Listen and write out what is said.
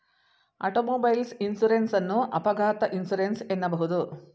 automobile insurance ಅನ್ನು ಅಪಘಾತ insurance ಎನ್ನಬಹುದು